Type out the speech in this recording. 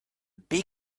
big